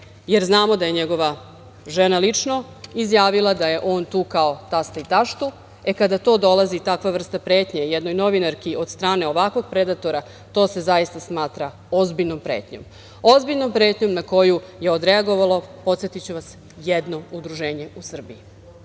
jer znamo da je njegova žena lično izjavila da je on tukao tasta i taštu, e kada dolazi takva vrsta pretnje jednoj novinarki od strane ovakvog predatora, to se zaista smatra ozbiljnom pretnjom na koju je odreagovalo, podsetiću vas, jedno udruženje u Srbiji,